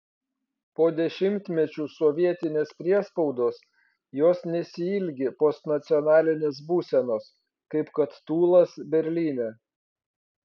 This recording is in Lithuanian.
po dešimtmečių sovietinės priespaudos jos nesiilgi postnacionalinės būsenos kaip kad tūlas berlyne